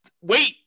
Wait